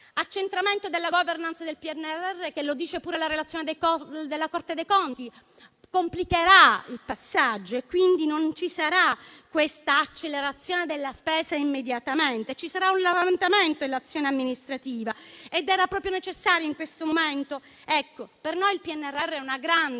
L'accentramento della *governance* del PNRR - lo dice anche la relazione della Corte dei conti - complicherà il passaggio e quindi non ci sarà quest'accelerazione della spesa immediatamente, piuttosto ci sarà un rallentamento dell'azione amministrativa. Era proprio necessario in questo momento? Per noi il PNRR è una grande